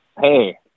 Hey